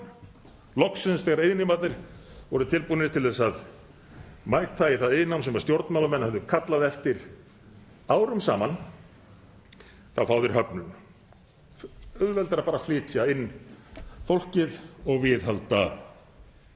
Loksins þegar iðnnemarnir voru tilbúnir til að mæta í það iðnnám sem stjórnmálamenn höfðu kallað eftir árum saman fá þeir höfnun; auðveldara að flytja inn fólkið og viðhalda